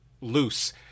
loose